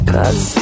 Cause